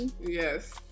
Yes